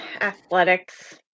athletics